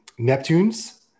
Neptunes